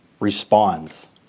responds